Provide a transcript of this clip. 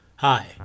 hi